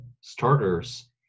starters